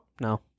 No